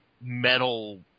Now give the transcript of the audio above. metal